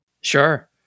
Sure